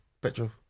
Petrol